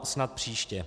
Snad příště.